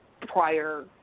prior